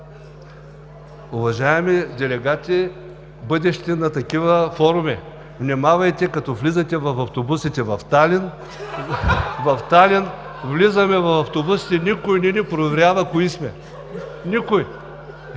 Уважаеми делегати – бъдещи, на такива форуми, внимавайте, като влизате в автобусите в Талин. (Силен смях). В Талин влизаме в автобусите и никой не ни проверява кои сме. Никой!